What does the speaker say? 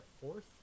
fourth